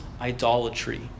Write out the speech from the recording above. idolatry